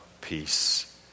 peace